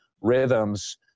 rhythms